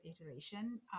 iteration